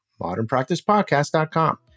modernpracticepodcast.com